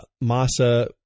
Massa